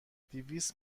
دویست